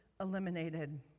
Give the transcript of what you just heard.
eliminated